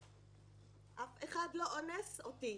אף אחד לא אונס אותי,